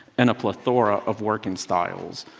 and a plethora of working styles.